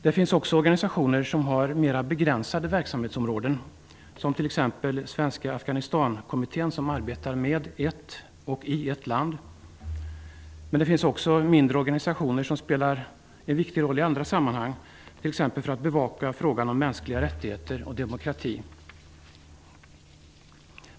Det finns också organisationer som har mera begränsat verksamhetsområde, som Svenska Afghanistankommittén som arbetar i ett land. Men det finns också många mindre organisationer som spelar en viktig roll t.ex. för att bevaka frågan om mänskliga rättigheter och demokrati.